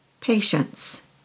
Patience